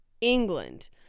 england